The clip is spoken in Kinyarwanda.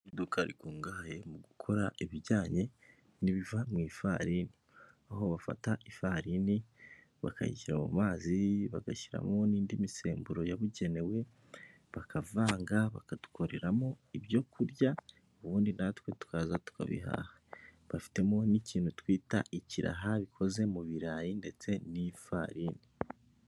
Iduka rikungahaye mu gukora ibijyanye n'ibiva mu ifari, aho bafata ifarini bakayishyira mu mazi bagashyiramo n'indi misemburo yabugenewe bakavanga bakadukoreramo ibyo kurya ubundi natwe tuzakaza tukabihaha, bafitemo n'ikintu twita ikiraha bikoze mu birarayi ndetse n'ifarini.